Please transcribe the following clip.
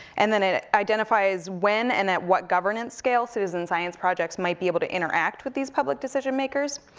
and then it identifies when, and at what government scale citizen science projects might be able to interact with these public decision makers.